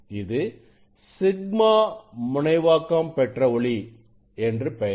இது σ முனைவாக்கம் பெற்ற ஒளி என்று பெயர்